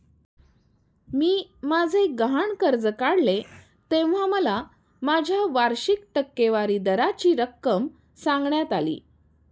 मी माझे गहाण कर्ज काढले तेव्हा मला माझ्या वार्षिक टक्केवारी दराची रक्कम सांगण्यात आली